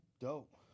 Dope